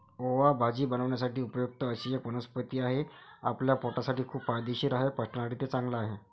ओवा भाजी बनवण्यासाठी उपयुक्त अशी एक वनस्पती आहे, आपल्या पोटासाठी खूप फायदेशीर आहे, पचनासाठी ते चांगले आहे